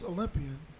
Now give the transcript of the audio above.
Olympian